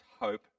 hope